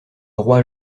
roi